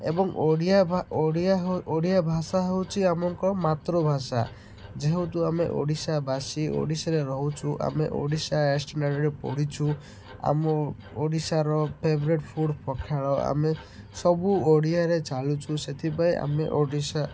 ଏବଂ ଓଡ଼ିଆ ଭାଷା ହେଉଛି ଆମର ମାତୃଭାଷା ଯେହେତୁ ଆମେ ଓଡ଼ିଶାବାସୀ ଓଡ଼ିଶାରେ ରହୁଛୁ ଆମେ ଓଡ଼ିଶା ପଢ଼ିଛୁ ଆମ ଓଡ଼ିଶାର ଫେଭରେଟ୍ ଫୁଡ଼୍ ପଖାଳ ଆମେ ସବୁ ଓଡ଼ିଆରେ ଚାଲୁଛୁ ସେଥିପାଇଁ ଆମେ ଓଡ଼ିଶା